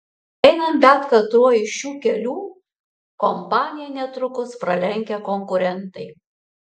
einant bet katruo iš šių kelių kompaniją netrukus pralenkia konkurentai